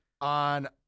on